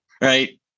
right